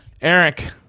Eric